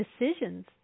decisions